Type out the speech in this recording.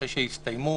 אחרי שהסתיימו